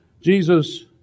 Jesus